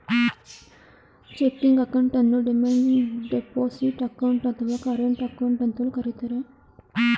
checking ಅಕೌಂಟನ್ನು demand deposit account, ಅಥವಾ current account ಅಂತಲೂ ಕರಿತರೆ